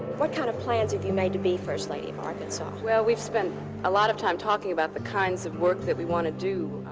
what kind of plans have you made to be first lady of arkansas? well, we've spent a lot of time talking about the kinds of work that we want to do.